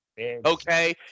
Okay